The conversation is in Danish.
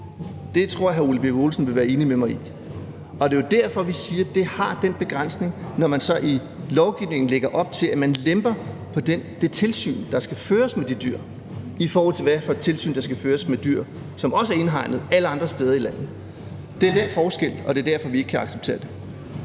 Det tror jeg at hr. Ole Birk Olesen vil være enig med mig i. Og det er jo derfor, vi siger, at det har den begrænsning, når man så i lovforslaget lægger op til, at man lemper på det tilsyn, der skal føres med de dyr, i forhold til det tilsyn, som skal føres med dyr, som også er indhegnet, alle andre steder i landet. Det er den forskel, og det er derfor, vi ikke kan acceptere det.